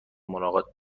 ملاقات